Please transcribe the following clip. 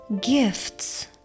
Gifts